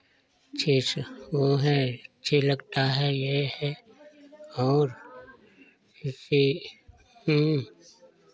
अच्छे अच्छे वो हैं अच्छे लगता है ये है और इससे